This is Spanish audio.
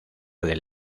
del